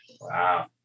Wow